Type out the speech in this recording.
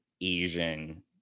Asian